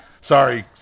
Sorry